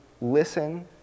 listen